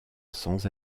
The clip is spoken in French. sans